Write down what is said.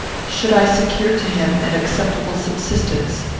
should i secure to him an acceptable subsistence?